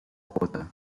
quota